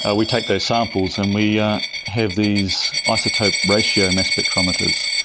ah we take those samples and we um have these isotope ratio mass spectrometers.